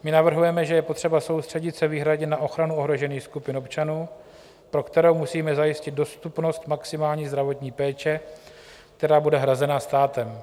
My navrhujeme, že je potřeba soustředit se výhradně na ochranu ohrožených skupin občanů, pro které musíme zajistit dostupnost maximální zdravotní péče, která bude hrazena státem.